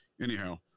Anyhow